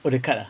oh the card ah